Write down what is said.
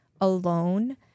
alone